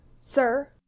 sir